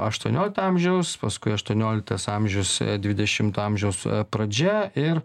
aštuoniolikto amžiaus paskui aštuonioliktas amžius dvidešimto amžiaus pradžia ir